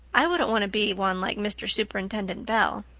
i wouldn't want to be one like mr. superintendent bell.